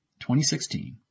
2016